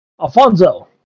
Alfonso